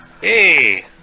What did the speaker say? Hey